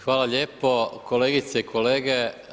Hvala lijepo kolegice i kolege.